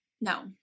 No